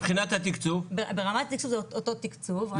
ברמת תקצוב זה אותו תקצוב.